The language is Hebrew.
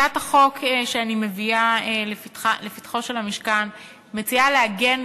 הצעת החוק שאני מביאה לפתחו של המשכן מציעה לעגן